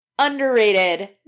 Underrated